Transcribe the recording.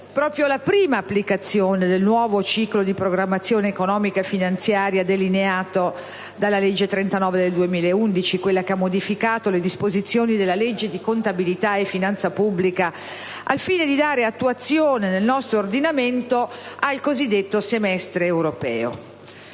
la prima applicazione del nuovo ciclo di programmazione economica e finanziaria delineato della legge n. 39 del 2011, che ha modificato la disposizioni della legge di contabilità e finanza pubblica, al fine di dare attuazione nel nostro ordinamento ai cosiddetto semestre europeo.